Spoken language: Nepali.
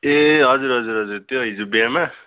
ए हजुर हजुर हजुर त्यो हिजो बिहामा